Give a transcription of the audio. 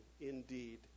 indeed